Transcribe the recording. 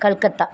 Calcutta